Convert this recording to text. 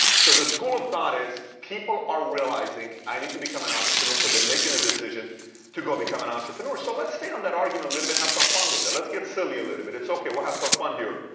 so the school of thought is people are realizing i need to become an entrepreneur so they're making a decision to go become an entrepreneur. so let's stay on that argument a little bit and have some fun with it. let's get silly a little bit. it's okay. we'll have some fun here.